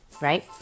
right